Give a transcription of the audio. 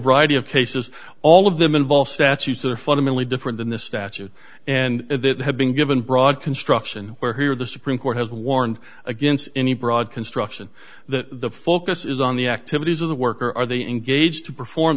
variety of cases all of them involve statutes that are fundamentally different than the statute and they have been given broad construction where here the supreme court has warned against any broad construction the focus is on the activities of the workers are they engaged to perform